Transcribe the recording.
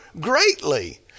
greatly